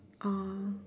oh